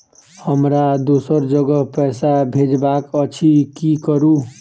हमरा दोसर जगह पैसा भेजबाक अछि की करू?